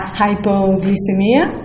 hypoglycemia